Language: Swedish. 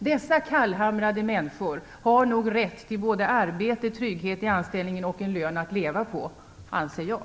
Dessa kallhamrade människor har nog rätt till både arbete, trygghet i anställningen och en lön att leva på, anser jag.